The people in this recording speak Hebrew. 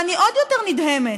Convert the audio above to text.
ואני עוד יותר נדהמת.